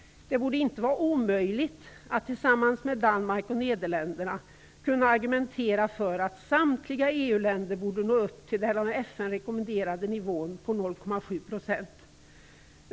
Det borde inte vara omöjligt att tillsammans med Danmark och Nederländerna kunna argumentera för att samtliga EU-länder borde nå upp till den av FN rekommenderade nivån 0,7 %.